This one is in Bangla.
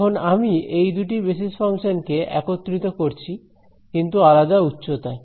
এখন আমি এই দুটি বেসিস ফাংশন কে একত্রিত করছি কিন্তু আলাদা উচ্চতায়